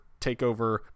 TakeOver